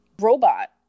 robot